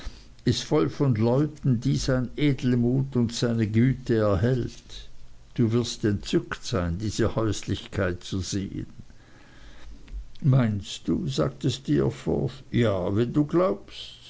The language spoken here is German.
ist voll von leuten die sein edelmut und seine güte erhält du wirst entzückt sein diese häuslichkeit zu sehen meinst du sagte steerforth ja wenn du glaubst